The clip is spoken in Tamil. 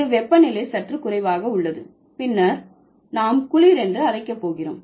இந்த வெப்பநிலை சற்று குறைவாக உள்ளது பின்னர் நாம் குளிர் என்று அழைக்க போகிறோம்